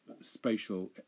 spatial